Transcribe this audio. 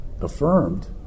affirmed